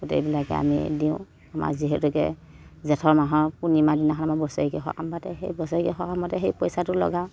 গোটেইবিলাকে আনি দিওঁ আমাৰ যিহেতুকে জেঠৰ মাহৰ পূৰ্ণিমাৰ দিনাখন আমাৰ বছৰেকীয়া সকাম পাতে সেই বছৰেকীয়া সকামতে সেই পইচাটো লগাওঁ